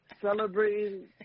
celebrating